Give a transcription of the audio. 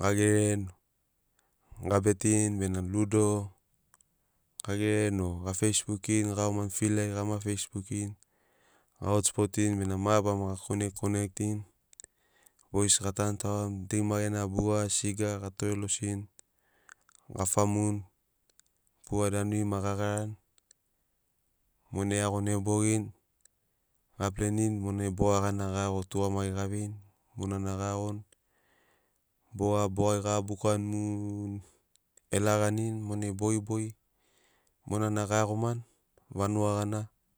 ga gereni ga betirini bena ludo ga gereni o ga feisbukin fil ai gama feisbukin ga hotspotin bena gai mabarama ga connect connectin. Bois ga tanu tagoni dei ma gena bua siga ga tore losirini ga famuni bua danuri ma ga garani monai e iagoni e bogini ga plenini monai boga gana ga iago tugamagiri ga veini monana ga iagoni boga bogai ga bukani mu. Elaganini monai bogi bogi monana ga iagomani vanuga gana.